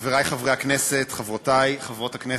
חברי חברי הכנסת, חברותי חברות הכנסת,